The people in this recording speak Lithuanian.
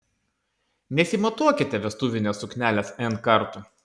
nesimatuokite vestuvinės suknelės n kartų